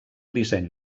disseny